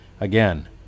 Again